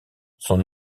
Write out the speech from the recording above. son